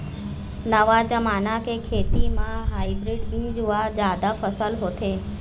नवा जमाना के खेती म हाइब्रिड बीज म जादा फसल होथे